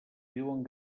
viuen